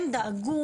הם דאגו,